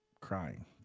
crying